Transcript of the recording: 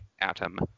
atom